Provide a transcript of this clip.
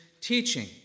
teaching